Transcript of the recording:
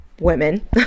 women